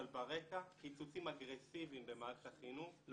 אבל ברקע קיצוצים אגרסיביים במערכת החינוך,